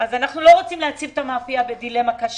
אז אנחנו לא רוצים להציב את המאפייה בדילמה קשה.